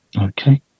Okay